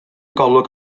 golwg